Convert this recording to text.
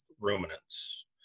ruminants